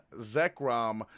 Zekrom